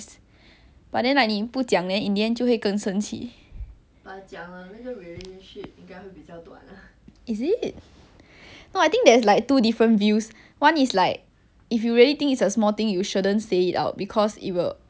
no I think there's like two different views one is like if you really think it's a small thing you shouldn't say it out because it will it will affect but then another one is like if you don't say it out then it will build up then it will explode